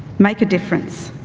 make a difference.